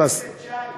חבר הכנסת שי,